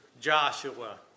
Joshua